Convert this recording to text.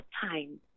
time